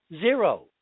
Zero